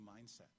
mindset